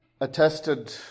attested